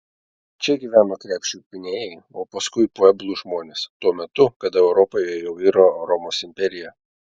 čia gyveno krepšių pynėjai o paskui pueblų žmonės tuo metu kada europoje jau iro romos imperija